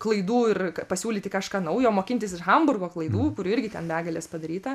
klaidų ir pasiūlyti kažką naujo mokintis ir hamburgo klaidų kurių irgi ten begalės padaryta